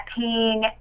paying